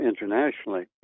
internationally